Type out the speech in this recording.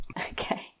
Okay